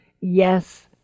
Yes